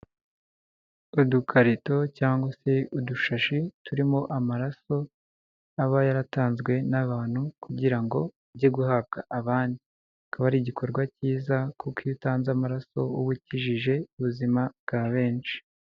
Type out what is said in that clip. Udukarito cyangwa se udushashi turimo amaraso aba yaratanzwe n'abantu kugira ngo ajye guhabwa abandi akaba ari igikorwa cyiza kuko iyo utanze amaraso uba ukijije ubuzima bwa benshi.